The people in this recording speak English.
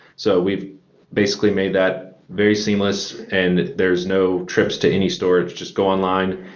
so we've basically made that very seamless and there's no trips to any store. just go online,